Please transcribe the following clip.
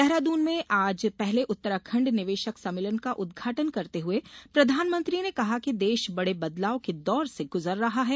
देहरादून में आज पहले उत्तराखंड निवेशक सम्मेलन का उदघाटन करते हुए प्रधानमंत्री ने कहा कि देश बडे बदलाव के दौर से गुजर रहा है